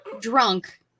Drunk